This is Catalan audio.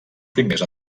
primers